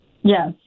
Yes